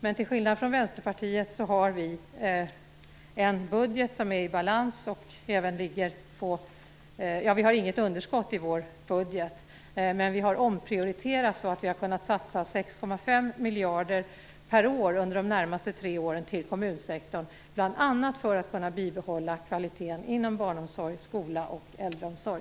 Men till skillnad från Vänsterpartiet har vi en budget i balans; vi har inget underskott i vår budget. Vi har omprioriterat så att vi har kunnat satsa 6,5 miljarder per år under de närmaste tre åren på kommunsektorn, bl.a. för att kunna behålla kvaliteten inom barnomsorg, skola och äldreomsorg.